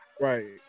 Right